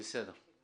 בסדר.